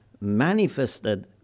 Manifested